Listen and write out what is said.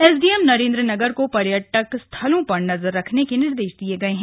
SDM Narendranagar को पर्यटक स्थलों पर नजर रखने के निर्देश दिए गए हैं